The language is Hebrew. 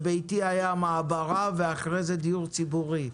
ביתי היה מעברה ואחרי זה דיור ציבורי,